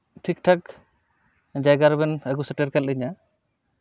ᱴᱷᱤᱠ ᱴᱷᱟᱠ ᱡᱟᱭᱜᱟ ᱨᱮᱵᱮᱱ ᱟᱹᱜᱩ ᱥᱮᱴᱮᱨ ᱠᱮᱜ ᱞᱤᱧᱟ